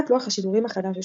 התוכנית "קולות החיילים" הוארכה